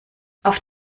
auf